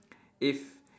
if